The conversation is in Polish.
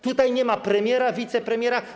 Tutaj nie ma premiera, wicepremiera.